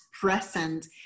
present